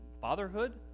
fatherhood